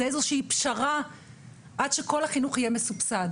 זו איזושהי פשרה עד שכל החינוך יהיה מסובסד